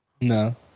No